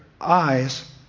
eyes